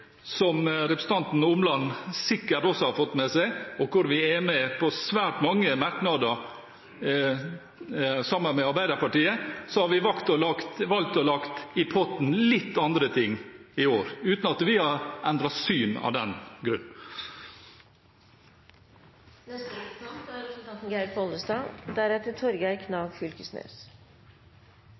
Som representanten Omland sikkert også har fått med seg, er vi med på svært mange merknader sammen med Arbeiderpartiet, men vi har valgt å legge i potten litt andre ting i år, uten at vi har endret syn av den grunn. Eg meiner det absolutt viktigaste som står i innstillinga, er